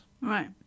right